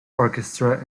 orchestra